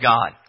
God